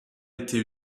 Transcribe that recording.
été